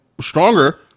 stronger